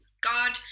God